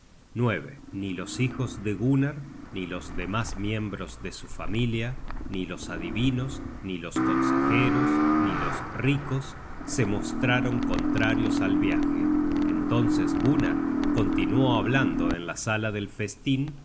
lazos ni los hijos de gunnar ni los demas miembros de su familia ni los adivinos ni los consejeros ni los ricos se mostraron contrarios al viaje entonces gunnar continuó hablando en la sala del festin